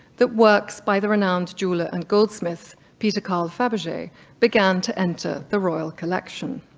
that works by the renowned jeweler and goldsmith, peter carl faberge began to enter the royal collection.